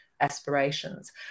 aspirations